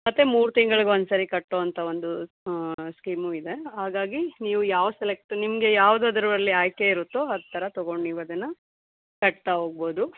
ಮತ್ತು ಮೂರು ತಿಂಗಳ್ಗೆ ಒಂದು ಸರಿ ಕಟ್ಟುವಂಥ ಒಂದು ಸ್ಕೀಮೂ ಇದೆ ಹಾಗಾಗಿ ನೀವು ಯಾವ್ದು ಸೆಲೆಕ್ಟ್ ನಿಮಗೆ ಯಾವ್ದು ಅದರಲ್ಲಿ ಆಯ್ಕೆ ಇರುತ್ತೋ ಆ ಥರ ತೊಗೊಂಡು ನೀವು ಅದನ್ನು ಕಟ್ತಾ ಹೋಗ್ಬೋದು